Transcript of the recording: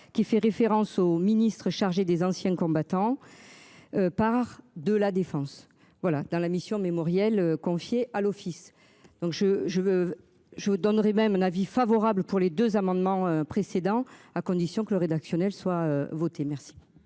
qui fait référence au ministre chargé des Anciens combattants. Par de la Défense. Voilà dans la mission mémoriel confiée à l'Office. Donc je je veux je vous donnerai même un avis favorable pour les 2 amendements précédents à condition que le rédactionnel soit votée. Merci.